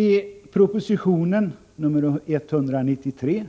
I proposition 193